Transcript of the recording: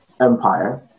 empire